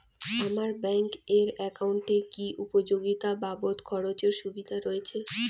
আমার ব্যাংক এর একাউন্টে কি উপযোগিতা বাবদ খরচের সুবিধা রয়েছে?